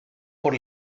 por